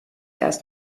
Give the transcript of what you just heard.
erst